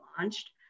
launched